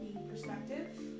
perspective